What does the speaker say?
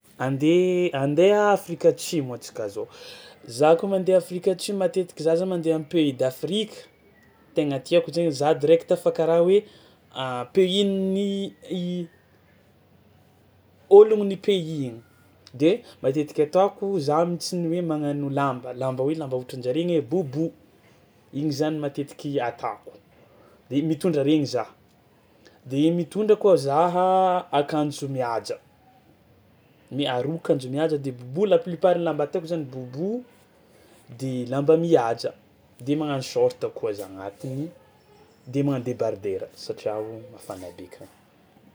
Andeha andeha Afrika Atsimo antsika zao, za koa mandeha Afrika Atsimo matetiky za za mandeha am'pays d'Afrique tegna tiàko zainy za direct fa karaha hoe pays-n'ny i- ôlogno ny pays-ny de matetiky ataoko za mihitsy ny hoe magnano lamba lamba hoe lamba ohatran-jare ne bobo, igny zany matetiky atako de mitondra regny za, de mitondra koa zaha akanjo mihaja mi- aroa akanjo mihaja de bobo la plupart lamba tiàko zany bobo de lamba mihaja de magnano short koa za agnatiny de mangano debardera satria o mafana be akany.